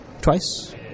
Twice